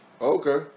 Okay